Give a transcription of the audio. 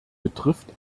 betrifft